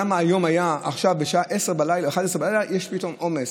למה פתאום היום ב-23:00 יש עומס?